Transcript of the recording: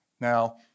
Now